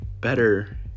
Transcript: better